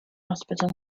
hospital